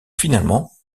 finalement